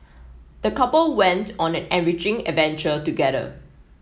the couple went on an enriching adventure together